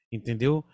Entendeu